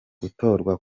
gutorwa